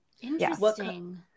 Interesting